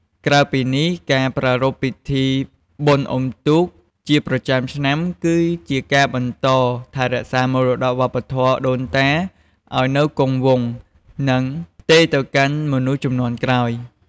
ក្រៅពីនេះការប្រារព្ធពិធីបុណ្យអុំទូកជាប្រចាំឆ្នាំ គឺជាការបន្តថែរក្សាមរតកវប្បធម៌ដូនតាឱ្យនៅគង់វង្ស និងផ្ទេរទៅកាន់មនុស្សជំនាន់ក្រោយ។